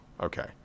okay